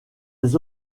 des